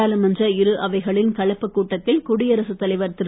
நாடாளுமன்ற இருஅவைகளின் கலப்பு கூட்டத்தில் குடியரசுத் தலைவர் திரு